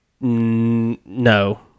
no